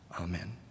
Amen